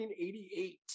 1988